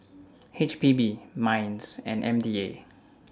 H P B Minds and M D A